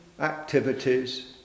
activities